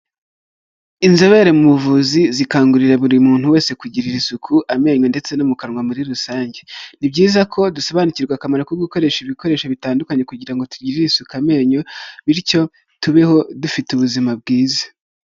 Inzobere mu buvuzi zikangurira buri muntu wese kugirira isuku amenyo ndetse no mu kanwa muri rusange, ni byiza ko dusobanukirwa akamaro ko gukoresha ibikoresho bitandukanye kugira ngo tugirire isuku amenyo bityo tubeho dufite ubuzima bwiza.